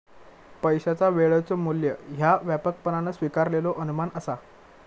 पैशाचा वेळेचो मू्ल्य ह्या व्यापकपणान स्वीकारलेलो अनुमान असा